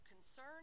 concern